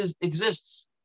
exists